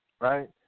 right